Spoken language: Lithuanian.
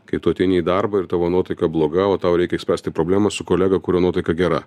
kai tu ateini į darbą ir tavo nuotaika bloga o tau reikia išspręsti problemą su kolega kurio nuotaika gera